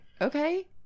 Okay